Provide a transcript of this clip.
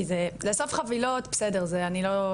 כי בסוף חבילות,